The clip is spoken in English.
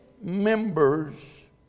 members